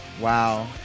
wow